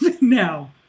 now